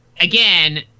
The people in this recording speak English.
again